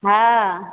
हँ